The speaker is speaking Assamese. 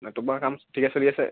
তোমাৰ কাম ঠিকে চলি আছে